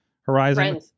horizon